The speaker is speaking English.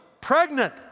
pregnant